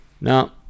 Now